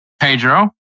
Pedro